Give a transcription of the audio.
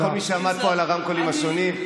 כל מי שעמד פה ליד המיקרופונים השונים.